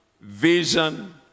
vision